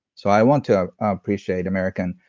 so, i want to appreciate american,